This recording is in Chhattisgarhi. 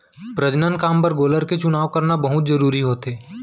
प्रजनन काम बर गोलर के चुनाव करना हर बहुत जरूरी होथे